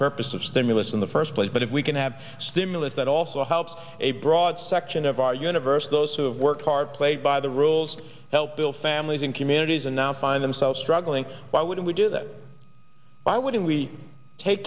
purpose of stimulus in the first place but if we can have stimulus that also helps a broad section of our universe those who have worked hard played by the rules helped build families and communities and now find themselves struggling why would we do that by when we take